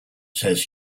says